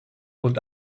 und